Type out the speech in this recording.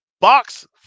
box